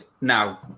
now